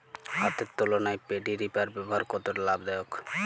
হাতের তুলনায় paddy reaper ব্যবহার কতটা লাভদায়ক?